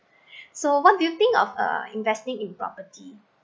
so what do you think of uh investing in property